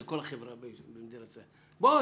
של כל החברה במדינת ישראל.